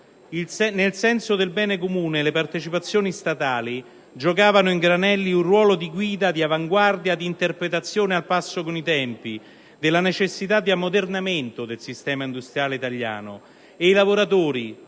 Nel senso del bene comune, le partecipazioni statali giocavano in Granelli un ruolo di guida, di avanguardia, di interpretazione al passo con i tempi, delle necessità di ammodernamento del sistema industriale italiano. I lavoratori,